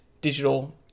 digital